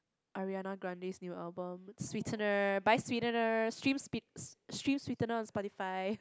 Ariana-Grande's new album Sweetener buy Sweetener stream spit stream Sweetener on Spotify